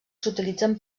s’utilitzen